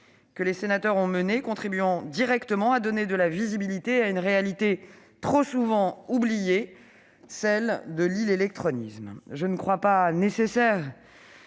que les sénateurs ont mené, contribuant directement à donner de la visibilité à une réalité trop souvent oubliée, celle de l'illectronisme. Nul besoin de rappeler,